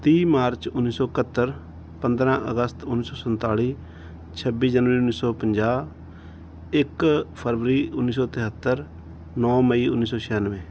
ਤੀਹ ਮਾਰਚ ਉੱਨੀ ਸੌ ਇਕੱਤਰ ਪੰਦਰਾਂ ਅਗਸਤ ਉੱਨੀ ਸੌ ਸੰਨਤਾਲੀ ਛੱਬੀ ਜਨਵਰੀ ਉੱਨੀ ਸੌ ਪੰਜਾਹ ਇੱਕ ਫਰਵਰੀ ਉੱਨੀ ਸੌ ਤੇਹੱਤਰ ਨੌ ਮਈ ਉੱਨੀ ਸੌ ਛਿਆਨਵੇਂ